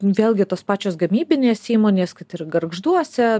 vėlgi tos pačios gamybinės įmonės kad ir gargžduose